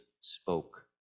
spoke